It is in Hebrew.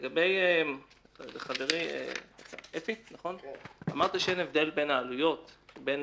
לגבי חברי אפי אמרת שאין הבדל בין העלויות בין